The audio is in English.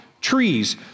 trees